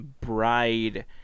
bride